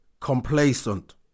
complacent